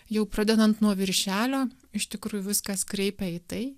jau pradedant nuo viršelio iš tikrųjų viskas kreipia į tai